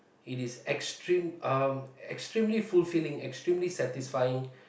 it is extreme uh extremely fulfilling extremely satisfying